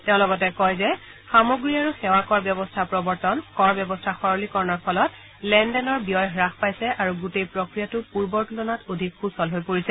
তেওঁ লগতে কয় যে সামগ্ৰী আৰু সেৱা কৰ ব্যৱস্থা প্ৰৱৰ্তন কৰ ব্যৱস্থা সৰলীকৰণৰ ফলত লেন দেনৰ ব্যয় হ্ৰাস পাইছে আৰু গোটেই প্ৰক্ৰিয়াটো পূৰ্বৰ তুলনাত অধিক সূচল হৈ পৰিছে